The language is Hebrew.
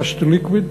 Gas To Liquid,